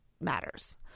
matters